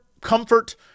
comfort